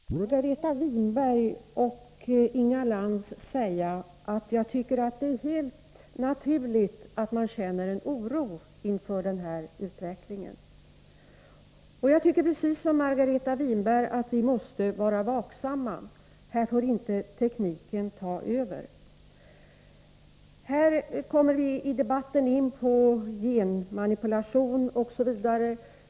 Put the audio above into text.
Herr talman! Låt mig till både Margareta Winberg och Inga Lantz säga att jag tycker att det är helt naturligt att man känner oro inför den här utvecklingen. Jag tycker precis som Margareta Winberg att vi måste vara vaksamma — här får inte tekniken ta över. I detta sammanhang kom vii debatten in på genmanipulation, osv.